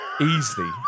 Easily